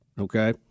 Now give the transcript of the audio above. Okay